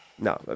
No